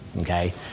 okay